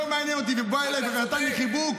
-- שכל שנה אני זוכר אותו בפטירה שלו,